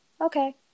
Okay